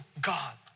God